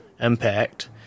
impact